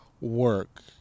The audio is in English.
work